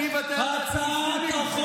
אני אוותר על דעתי בשבילך?